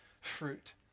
fruit